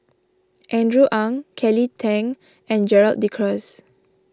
Andrew Ang Kelly Tang and Gerald De Cruz